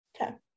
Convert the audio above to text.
okay